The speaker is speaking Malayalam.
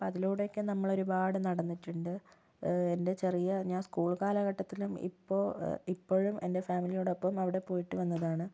അതിലൂടെയൊക്കെ നമ്മളൊരുപാട് നടന്നിട്ടുണ്ട് എൻ്റെ ചെറിയ ഞാൻ സ്കൂൾ കാലഘട്ടത്തിലും ഇപ്പോൾ ഇപ്പോഴും എൻ്റെ ഫാമിലിയോടൊപ്പം അവിടെ പോയിട്ട് വന്നതാണ്